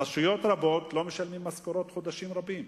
רשויות רבות לא משלמות משכורות חודשים רבים.